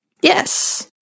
yes